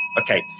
Okay